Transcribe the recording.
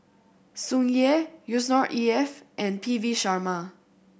Tsung Yeh Yusnor E F and P V Sharma